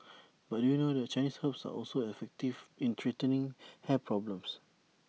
but do you know that Chinese herbs are also effective in treating hair problems